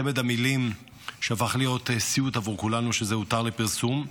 צמד המילים שהפך להיות סיוט עבור כולנו זה "הותר לפרסום",